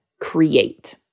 create